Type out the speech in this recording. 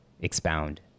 Expound